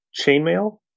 chainmail